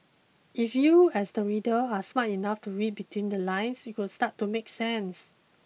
if you as the reader are smart enough to read between the lines it would start to make sense